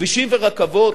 בכבישים ורכבות,